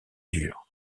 durs